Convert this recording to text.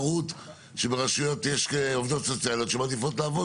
תחרות שברשויות יש עובדות סוציאליות שמעדיפות לעבוד